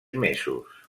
mesos